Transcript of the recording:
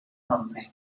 nombre